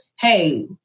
hey